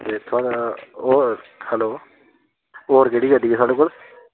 ते इत्थें ओह् हैलो होर केह्ड़ी गड्डी ऐ थुआढ़े कोल